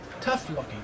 Tough-looking